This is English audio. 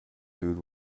food